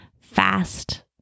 fast